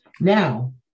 Now